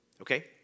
Okay